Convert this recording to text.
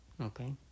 Okay